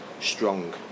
strong